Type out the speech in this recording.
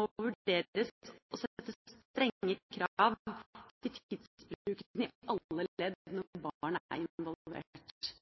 må vurderes å sette strenge krav til tidsbruken i alle ledd når barn er involvert?